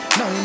no